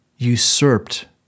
usurped